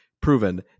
proven